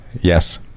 Yes